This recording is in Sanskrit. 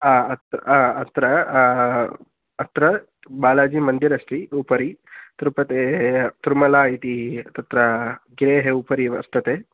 अत् अत्र अत्र बालाजि मन्दिरम् अस्ति उपरि तिरुपतेः तिरुमला इति तत्र गिरेः उपरि वर्तते